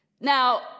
Now